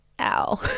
ow